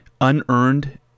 unearned